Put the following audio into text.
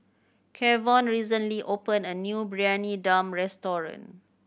Kevon recently opened a new Briyani Dum restaurant